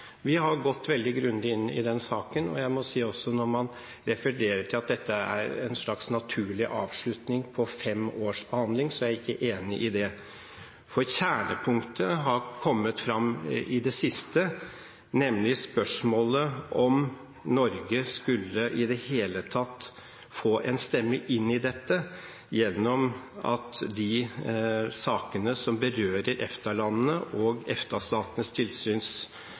Vi har gått veldig grundig inn i saken. Jeg må også si at når man refererer til at dette er en slags naturlig avslutning på fem års behandling, er jeg ikke enig i det. Kjernepunktet har kommet fram i det siste, nemlig spørsmålet om Norge i det hele tatt skulle få en stemme med i dette gjennom at de sakene som berører EFTA-landene og